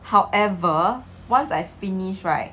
however once I finish right